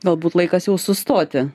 galbūt laikas jau sustoti